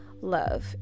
love